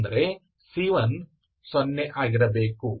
ಅಂದರೆ c1 ಸೊನ್ನೆ ಆಗಿರಬೇಕು